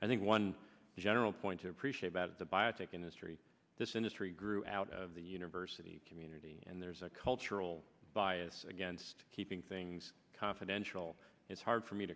i think one general point to appreciate about the biotech industry this industry grew out of the university community and there's a cultural bias against keeping things confidential it's hard for me to